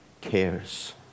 cares